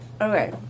Okay